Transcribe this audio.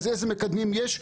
איזה מקדמים יש?